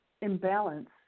imbalance